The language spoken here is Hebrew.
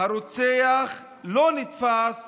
הרוצח לא נתפס